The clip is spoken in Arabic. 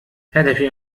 هدفي